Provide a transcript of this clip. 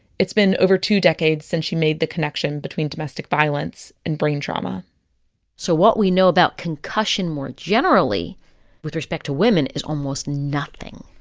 it's been over two decades since she made the connection between domestic violence and brain trauma so what we know about concussion more generally with respect to women is almost nothing.